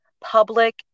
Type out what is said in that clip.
public